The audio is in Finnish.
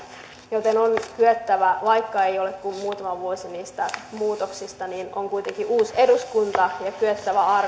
joten on kyettävä vaikka ei ole kuin muutama vuosi niistä muutoksista niin on kuitenkin uusi eduskunta arvioimaan